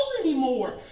anymore